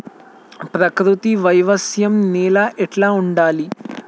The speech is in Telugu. ప్రకృతి వ్యవసాయం నేల ఎట్లా ఉండాలి?